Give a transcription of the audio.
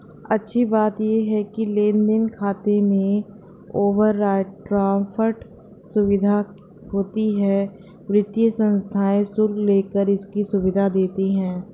अच्छी बात ये है लेन देन खाते में ओवरड्राफ्ट सुविधा होती है वित्तीय संस्थाएं शुल्क लेकर इसकी सुविधा देती है